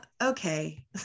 okay